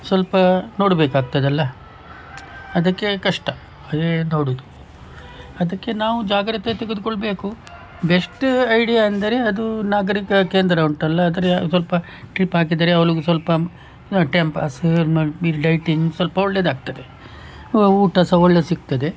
ಸ್ವಲ್ಪ ನೋಡ್ಬೇಕಾಗ್ತದಲ್ಲ ಅದಕ್ಕೆ ಕಷ್ಟ ಅದೇ ನೋಡೋದು ಅದಕ್ಕೆ ನಾವು ಜಾಗ್ರತೆ ತೆಗೆದುಕೊಳ್ಬೇಕು ಬೆಸ್ಟ್ ಐಡಿಯಾ ಅಂದರೆ ಅದು ನಾಗರಿಕ ಕೇಂದ್ರ ಉಂಟಲ್ಲ ಅದರ ಸ್ವಲ್ಪ ಟ್ರಿಪ್ ಹಾಕಿದರೆ ಅವಳಿಗೆ ಸ್ವಲ್ಪ ಟೈಮ್ ಪಾಸ್ ಡಯ್ಟಿಂಗ್ ಸ್ವಲ್ಪ ಒಳ್ಳೇದಾಗ್ತದೆ ಊಟ ಸಹ ಒಳ್ಳೆ ಸಿಗ್ತದೆ